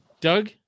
Doug